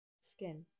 Skin